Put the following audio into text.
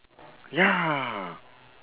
ya